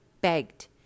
begged